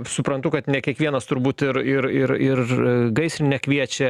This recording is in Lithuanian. suprantu kad ne kiekvienas turbūt ir ir ir ir gaisrinę kviečia